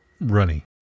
runny